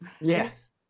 Yes